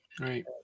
Right